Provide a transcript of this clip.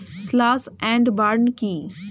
Slash and burn কি?